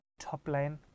Topline